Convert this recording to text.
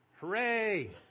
Hooray